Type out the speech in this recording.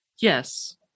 Yes